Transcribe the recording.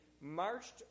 marched